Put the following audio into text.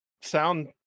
sound